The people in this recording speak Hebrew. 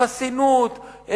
חסינות,